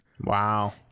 Wow